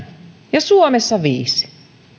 ja suomessa viisi